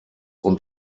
und